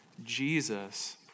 Jesus